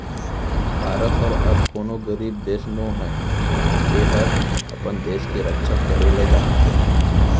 भारत हर अब कोनों गरीब देस नो हय एहर अपन देस के रक्छा करे ल जानथे